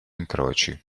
incroci